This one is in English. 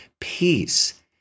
Peace